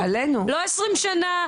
לא 20 שנה.